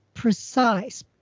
precise